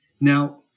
Now